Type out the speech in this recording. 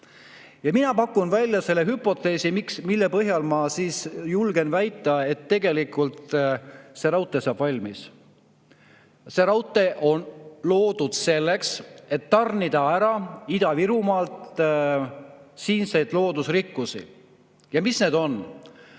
on? Mina pakun välja hüpoteesi, mille põhjal ma julgen väita, et tegelikult see raudtee saab valmis. See raudtee on loodud selleks, et tarnida ära Ida-Virumaalt meie loodusrikkusi. Ja mis need on?